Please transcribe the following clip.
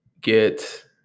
get